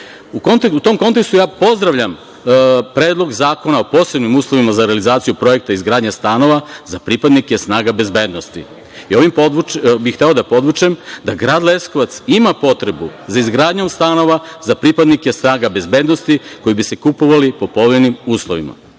tom kontekstu ja pozdravljam Predlog zakona o posebnim uslovima za realizaciju projekta izgradnje stanova za pripadnike snaga bezbednosti i ovim bih hteo da podvučem da Grad Leskovac ima potrebu za izgradnjom stanova za pripadnike snaga bezbednosti koji bi se kupovali po povoljnim